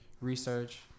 research